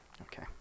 okay